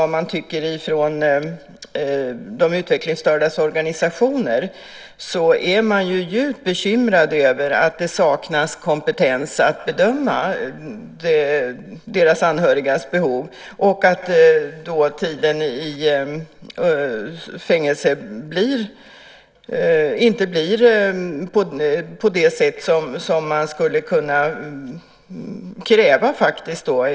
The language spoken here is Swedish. De utvecklingsstördas organisationer är också djupt bekymrade över att det saknas kompetens att bedöma behoven. Tiden i fängelse blir inte på det sätt som man skulle kunna kräva.